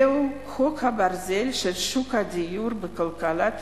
זהו חוק הברזל של שוק הדיור בכלכלת